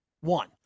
one